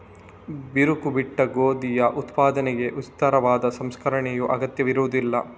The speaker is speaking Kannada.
ಬಿರುಕು ಬಿಟ್ಟ ಗೋಧಿಯ ಉತ್ಪಾದನೆಗೆ ವಿಸ್ತಾರವಾದ ಸಂಸ್ಕರಣೆಯ ಅಗತ್ಯವಿರುವುದಿಲ್ಲ